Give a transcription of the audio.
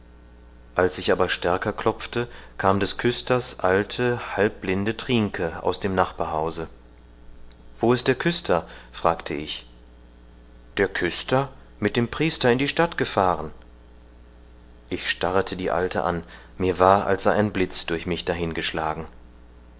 als ich aber stärker klopfte kam des küsters alte halb blinde trienke aus einem nachbarhause wo ist der küster fragte ich der küster mit dem priester in die stadt gefahren ich starrete die alte an mir war als sei ein blitz durch mich